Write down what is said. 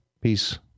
peace